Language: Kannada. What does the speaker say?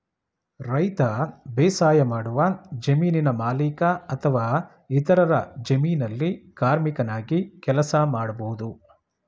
ರೈತ ಬೇಸಾಯಮಾಡುವ ಜಮೀನಿನ ಮಾಲೀಕ ಅಥವಾ ಇತರರ ಜಮೀನಲ್ಲಿ ಕಾರ್ಮಿಕನಾಗಿ ಕೆಲಸ ಮಾಡ್ಬೋದು